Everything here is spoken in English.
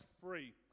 free